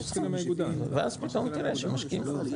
חזי מכיר את תורתי בעניין הזה,